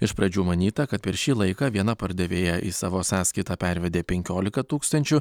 iš pradžių manyta kad per šį laiką viena pardavėja į savo sąskaitą pervedė penkiolika tūkstančių